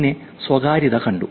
പിന്നെ സ്വകാര്യത കണ്ടു